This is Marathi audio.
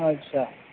अच्छा